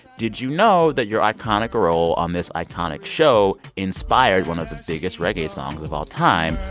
did you know that your iconic role on this iconic show inspired one of the biggest reggae songs of all time,